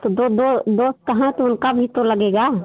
तो दो दो दो कहाँ पर उनका भी तो लगेगा